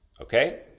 okay